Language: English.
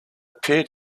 appear